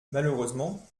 malheureusement